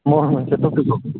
मबे मोनसे टपिकखौ